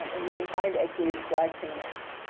um and you can find aqueous dry cleaners.